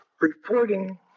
Reporting